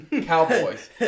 Cowboys